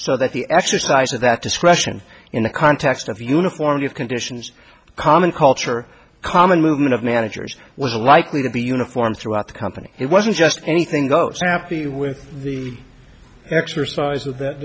so that the exercise of that discretion in the context of uniformity of conditions common culture common movement of managers was a likely to be uniform throughout the company it wasn't just anything goes happy with the exercise of that